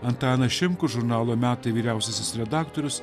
antanas šimkus žurnalo metai vyriausiasis redaktorius